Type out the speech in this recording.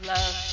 Love